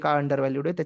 undervalued